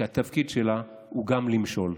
כי התפקיד שלה הוא גם למשול.